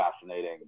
fascinating